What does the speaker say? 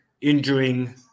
injuring